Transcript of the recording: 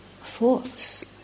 thoughts